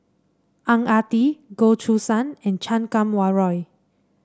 Ang Ah Tee Goh Choo San and Chan Kum Wah Roy